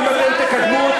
מירב, זו הצעה, ממשלתית.